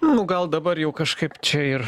nu gal dabar jau kažkaip čia ir